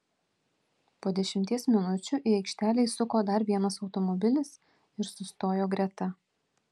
po dešimties minučių į aikštelę įsuko dar vienas automobilis ir sustojo greta